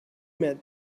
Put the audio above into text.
met